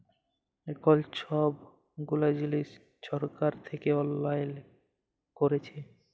এখল ছব গুলা জিলিস ছরকার থ্যাইকে অললাইল ক্যইরেছে